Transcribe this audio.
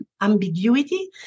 Ambiguity